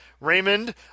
Raymond